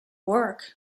work